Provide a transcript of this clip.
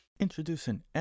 introducing